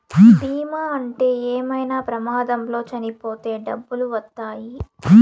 బీమా ఉంటే ఏమైనా ప్రమాదంలో చనిపోతే డబ్బులు వత్తాయి